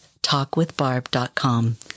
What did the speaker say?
talkwithbarb.com